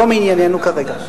לא מענייננו כרגע.